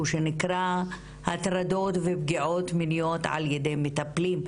שנקרא הטרדות ופגיעות מיניות על ידי מטפלים,